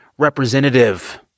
Representative